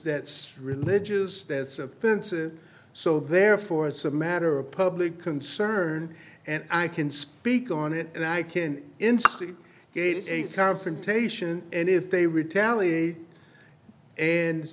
that religious that's offensive so therefore it's a matter of public concern and i can speak on it and i can instantly it is a confrontation and if they retaliate and